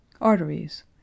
Arteries